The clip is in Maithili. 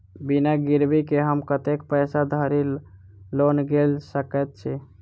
बिना गिरबी केँ हम कतेक पैसा धरि लोन गेल सकैत छी?